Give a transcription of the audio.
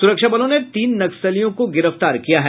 सूरक्षा बलों ने तीन नक्सलियों को गिरफ्तार किया है